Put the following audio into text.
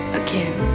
again